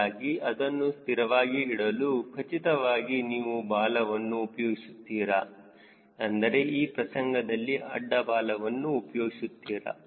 ಹೀಗಾಗಿ ಅದನ್ನು ಸ್ಥಿರವಾಗಿ ಇಡಲು ಖಚಿತವಾಗಿ ನೀವು ಬಾಲವನ್ನು ಉಪಯೋಗಿಸುತ್ತೀರಾ ಅಂದರೆ ಈ ಪ್ರಸಂಗದಲ್ಲಿ ಅಡ್ಡ ಬಾಲವನ್ನು ಉಪಯೋಗಿಸುತ್ತೀರಾ